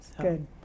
Good